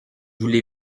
voulez